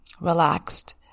relaxed